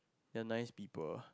they are nice people